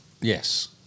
Yes